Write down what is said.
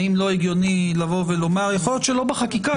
האם לא הגיוני לבוא ולומר יכול להיות שלא בחקיקה,